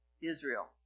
Israel